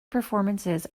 performances